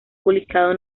publicado